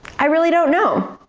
i really don't know.